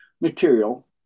material